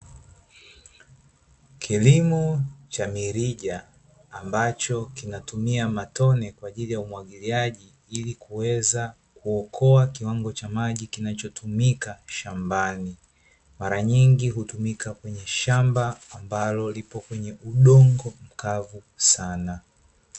Kilimo cha mirija ambacho kinatumia matone kwa ajili ya umwagiliaji, ili kuweza kuokoa kiwango cha maji kinachotumika shambani. Mara nyingi hutumika kwenye shamba, ambalo lipo kwenye udongo mkavu sana.